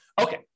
Okay